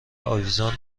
آویزان